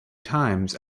times